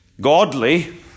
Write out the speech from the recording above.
godly